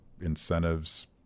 incentives